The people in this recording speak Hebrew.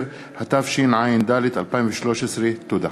10), התשע"ד 2013. תודה.